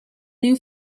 new